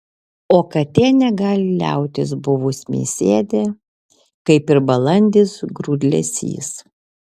o katė negali liautis buvus mėsėdė kaip ir balandis grūdlesys